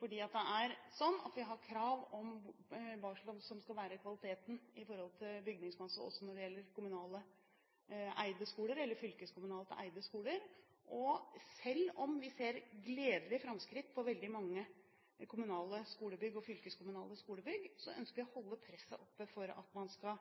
fordi vi har krav om hva som skal være kvaliteten på bygningsmasse også når det gjelder kommunalt eide skoler eller fylkeskommunalt eide skoler. Selv om vi ser gledelige framskritt på veldig mange kommunale skolebygg og fylkeskommunale skolebygg, ønsker vi å holde presset oppe for at man skal